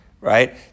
right